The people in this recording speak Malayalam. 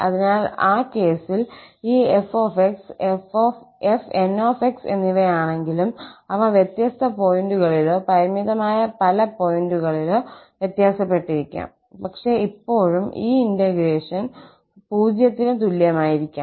അതിനാൽ ആ കേസിൽ ഈ 𝑓𝑥 𝑓𝑛 𝑥 എന്നിവയാണെങ്കിലും അവ വ്യത്യസ്ത പോയിന്റുകളിലോ പരിമിതമായ പല പോയിന്റുകളിലോ വ്യത്യാസപ്പെട്ടിരിക്കാം പക്ഷേ ഇപ്പോഴും ഈ ഇന്റഗ്രേഷൻ 0 ന് തുല്യമായിരിക്കാം